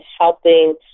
helping